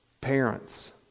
Parents